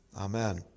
Amen